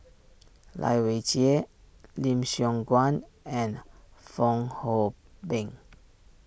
Lai Weijie Lim Siong Guan and Fong Hoe Beng